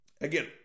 Again